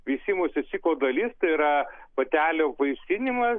veisimosi ciklo dalis tai yra patelių apvaisinimas